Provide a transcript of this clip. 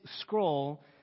scroll